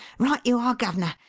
right you are, guv'ner!